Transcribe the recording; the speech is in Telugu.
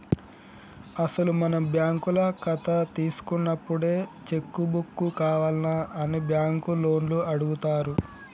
అసలు మనం బ్యాంకుల కథ తీసుకున్నప్పుడే చెక్కు బుక్కు కావాల్నా అని బ్యాంకు లోన్లు అడుగుతారు